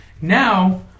Now